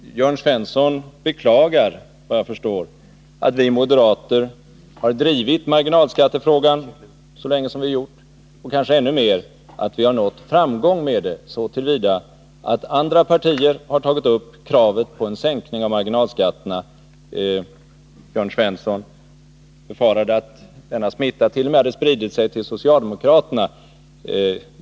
Herr talman! Jörn Svensson beklagar såvitt jag kan förstå att vi moderater har drivit marginalskattefrågan så länge som vi har gjort, och kanske ännu mer att vi så till vida har nått framgång att andra partier har tagit upp kravet på en sänkning av marginalskatterna. Jörn Svensson befarade att denna smittat.o.m. hade spritt sig till socialdemokraterna.